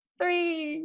three